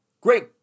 Great